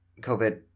COVID